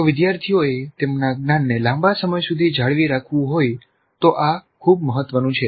જો વિદ્યાર્થીઓએ તેમના જ્ઞાનને લાંબા સમય સુધી જાળવી રાખવું હોય તો આ ખૂબ મહત્વનું છે